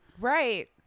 Right